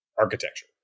architecture